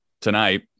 tonight